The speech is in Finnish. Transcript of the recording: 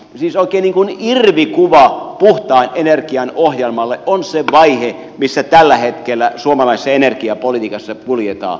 siis oikein irvikuva puhtaan energian ohjelmalle on se vaihe missä tällä hetkellä suomalaisessa energiapolitiikassa kuljetaan